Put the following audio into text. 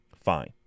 fine